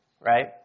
Right